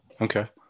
Okay